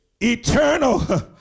eternal